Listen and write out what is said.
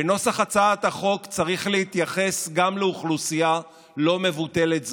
בנוסח הצעת החוק צריך להתייחס גם לאוכלוסייה לא מבוטלת זאת.